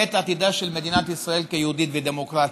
את עתידה של מדינת ישראל כיהודית ודמוקרטית.